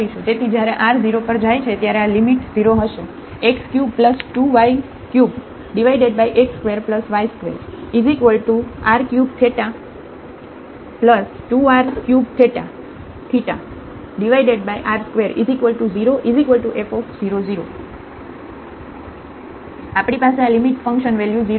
તેથી જ્યારે r 0 પર જાય છે ત્યારે આ લિમિટ 0 હશે x32y3x2y2 r3 2r3 r2 0f00 તો આપણી પાસે આ લિમિટ ફંકશન વેલ્યુ 0 ની બરાબર છે